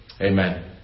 Amen